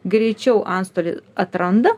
greičiau antstolį atranda